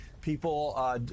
People